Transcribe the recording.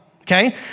okay